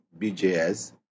BJS